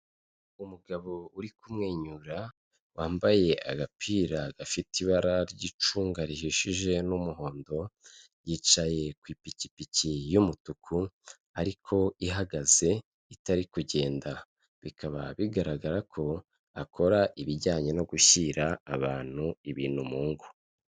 Umugabo uri kumwenyura wambaye agapira gafite ibara ry'icunga rihishije n'umuhondo, yicaye ku ipikipiki y'umutuku ariko ihagaze itari kugenda, bikaba bigaragarako akora ibijyanye no gushyira abantu ibintu mu ngo.